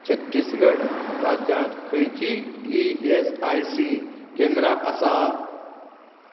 छत्तीसगड राज्यांत खंयचींय E S I C केंद्रां आसा